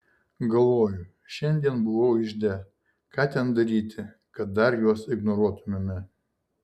galvoju šiandien buvau ižde ką ten daryti kad dar juos ignoruotumėme